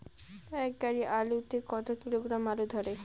এক গাড়ি আলু তে কত কিলোগ্রাম আলু ধরে?